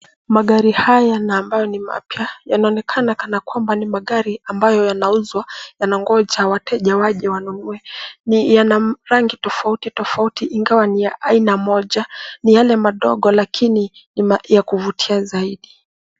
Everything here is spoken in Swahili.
Magari haya na ambayo ni mapya, yanaonkana kana kwamba ni magari ambayo yanauzwa, yanangoja wateja waje wanunue. Yana rangi tofautitofauti ingawa ni ya aina moja. Ni yale madogo lakini ni ya kuvutia zaidi.